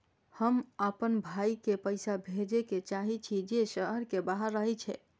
हम आपन भाई के पैसा भेजे के चाहि छी जे शहर के बाहर रहे छै